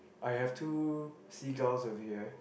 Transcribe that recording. I have two seagull of here